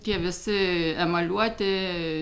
tie visi emaliuoti